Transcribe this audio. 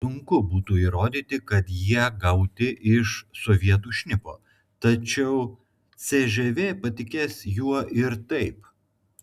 sunku būtų įrodyti kad jie gauti iš sovietų šnipo tačiau cžv patikės juo ir taip